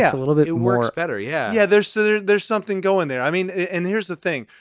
a little bit. it works better. yeah. yeah. there's so there's there's something going there. i mean and here's the thing.